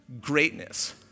greatness